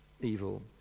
evil